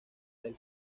del